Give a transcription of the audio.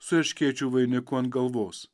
su erškėčių vainiku ant galvos